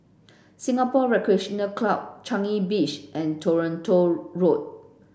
Singapore Recreation Club Changi Beach and Toronto Road